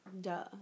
duh